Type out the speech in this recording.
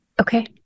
Okay